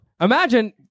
Imagine